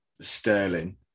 Sterling